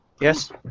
Yes